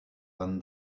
van